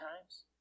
times